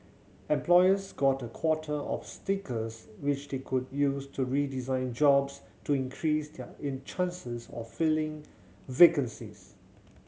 employers got a quota of stickers which they could use to redesign jobs to increase their in chances of filling vacancies